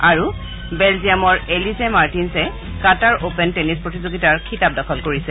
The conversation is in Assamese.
আৰু বেলজিয়ামৰ Elise Mertens Qatar open tennis প্ৰতিযোগিতাৰ খিতাপ দখল কৰিছে